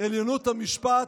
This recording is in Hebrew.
"עליונות המשפט",